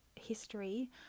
history